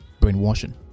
brainwashing